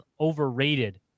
overrated